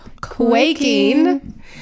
quaking